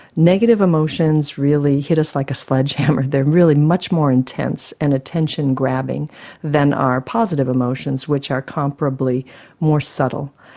negative emotions really hit us like a sledgehammer. they are really much more intense and attention grabbing than our positive emotions which are comparably more subtle.